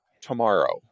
tomorrow